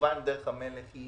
שדרך המלך היא,